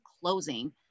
closing